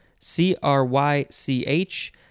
c-r-y-c-h